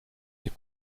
des